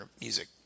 music